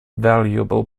valuable